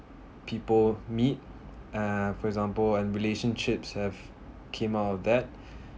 people meet and for example and relationships have came out of that